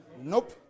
Nope